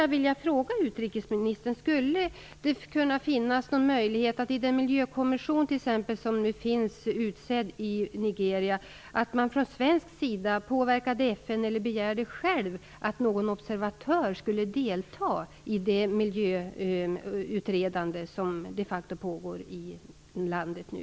Då vill jag fråga utrikesministern om det finns någon möjlighet att vi i Sverige kan påverka FN eller själva begära att en observatör deltar i det miljöutredande som de facto pågår i landet nu.